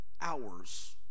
hours